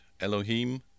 Elohim